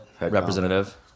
representative